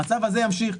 המצב הזה ימשיך,